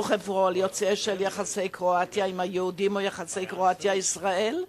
וכפועל יוצא של יחסי קרואטיה עם היהודים או יחסי קרואטיה וישראל?